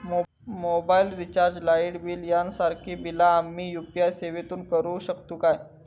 Mobile recharge, light bill यांसारखी बिला आम्ही यू.पी.आय सेवेतून करू शकतू काय?